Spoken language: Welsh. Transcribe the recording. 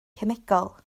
cemegol